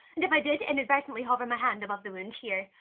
and if i did inadvertently hover my hand above the wound here,